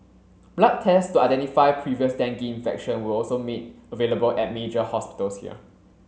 blood tests to identify previous dengue infection were also made available at major hospitals here